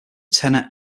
tenor